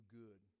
good